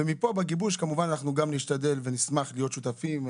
ומפה בגיבוש אנחנו כמובן גם נשתדל ונשמח להיות שותפים.